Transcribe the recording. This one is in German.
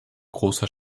großer